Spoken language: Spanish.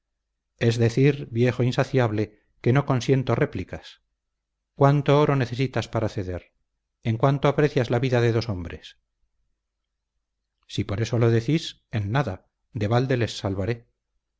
es decir viejo insaciable que no consiento réplicas cuánto oro necesitas para ceder en cuánto aprecias la vida de dos hombres si por eso lo decís en nada de balde les salvaré